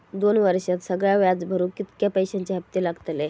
दोन वर्षात सगळा व्याज भरुक कितक्या पैश्यांचे हप्ते लागतले?